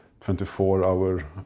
24-hour